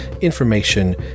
information